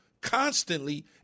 constantly